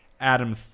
Adam